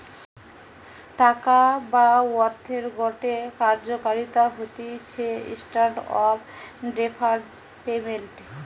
টাকা বা অর্থের গটে কার্যকারিতা হতিছে স্ট্যান্ডার্ড অফ ডেফার্ড পেমেন্ট